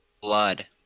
blood